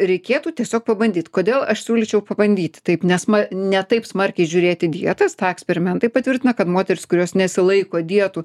reikėtų tiesiog pabandyt kodėl aš siūlyčiau pabandyti taip nes ma ne taip smarkiai žiūrėti į dietas tą eksperimentai patvirtina kad moterys kurios nesilaiko dietų